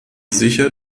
sicher